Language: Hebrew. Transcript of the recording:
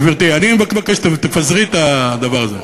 גברתי, אני מבקש, תפזרי את הדבר הזה.